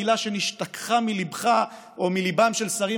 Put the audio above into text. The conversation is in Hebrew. מילה שנשתכחה מליבך או מליבם של שרים